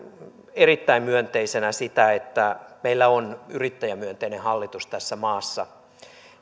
erittäin myönteisenä sitä että meillä on yrittäjämyönteinen hallitus tässä maassa